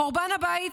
'חורבן הבית'